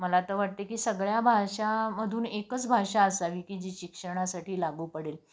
मला तर वाटते की सगळ्या भाषामधून एकच भाषा असावी की जी शिक्षणासाठी लागू पडेल